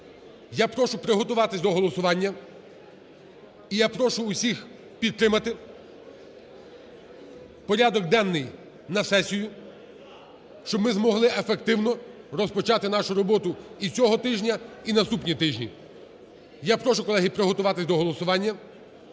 я прошу приготуватись до голосування і я прошу всіх підтримати порядок денний на сесію, щоб ми змогли ефективно розпочати нашу роботу і цього тижня, і наступні тижні. Я прошу, колеги, приготуватись до голосування